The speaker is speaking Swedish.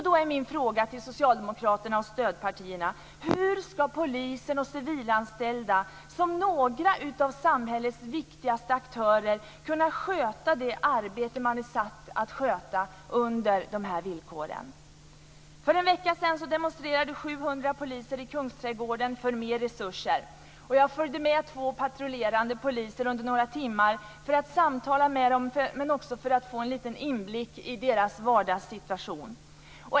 Då är min fråga till Socialdemokraterna och stödpartierna: Hur ska polisen och de civilanställda, några av samhällets viktigaste aktörer, kunna sköta det arbete man är satt att sköta under de här villkoren? För en vecka sedan demonstrerade 700 poliser i Kungsträdgården för mer resurser. Jag följde med två patrullerande poliser under några timmar för att samtala med dem, men också för att få en liten inblick i deras vardagssituation.